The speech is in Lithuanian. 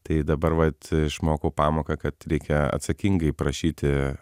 tai dabar vat išmokau pamoką kad reikia atsakingai prašyti